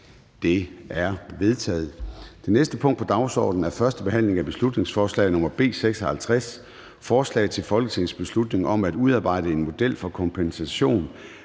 Det er vedtaget. --- Det næste punkt på dagsordenen er: 4) 1. behandling af beslutningsforslag nr. B 56: Forslag til folketingsbeslutning om at udarbejde en model for kompensation